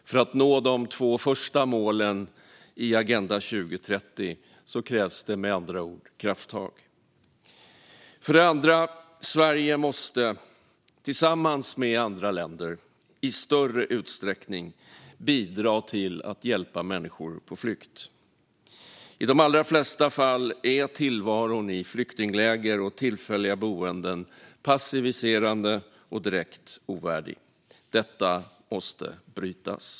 För att nå de två första målen i Agenda 2030 krävs med andra ord krafttag. För det andra: Sverige måste tillsammans med andra länder i större utsträckning bidra till att hjälpa människor på flykt. I de allra flesta fall är tillvaron i flyktingläger och tillfälliga boenden passiviserande och direkt ovärdig. Detta måste brytas.